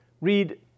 Read